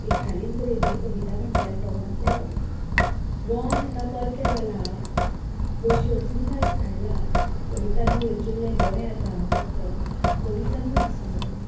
एक हालींच बरयल्लली कविता म्हटल्यार कवनांतलें गोंय गोंय आतां परकें जालां गोंयशो अस्मिताय साणला कवितांनी रचिल्लें गोंय आतां फक्त कवितांनीच दिसूंक लागलां